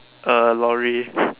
a lorry